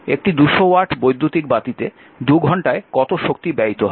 একটি 200 ওয়াট বৈদ্যুতিক বাতিতে 2 ঘন্টায় কত শক্তি ব্যয়িত হয়